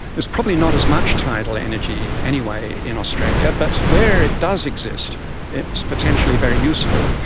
there's probably not as much tidal energy anyway in australia, but where it does exist it's potentially very useful.